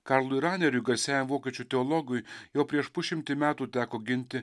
karlui raneriui garsiajam vokiečių teologui jau prieš pusšimtį metų teko ginti